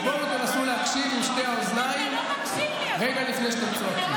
אז בואו ותנסו להקשיב עם שתי האוזניים רגע לפני שאתם צועקים.